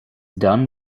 done